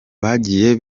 bagiye